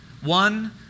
One